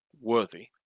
worthy